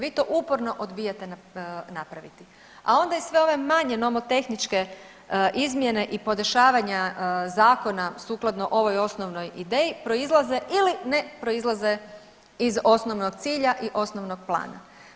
Vi to uporno odbijate napraviti, a onda i sve ove manje nomotehničke izmjene i podešavanja zakona sukladno ovoj osnovnoj ideji proizlaze ili ne proizlaze iz osnovnog cilja i osnovnog plana.